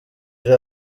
ari